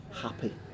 happy